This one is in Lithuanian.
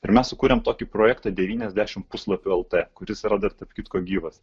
ir mes sukūrėm tokį projektą devyniasdešimt puslapių el t kuris yra dar tarp kitko gyvas